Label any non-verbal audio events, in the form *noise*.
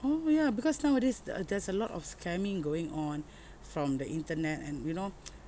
oh yeah because nowadays uh there's a lot of scamming going on *breath* from the internet and you know *noise*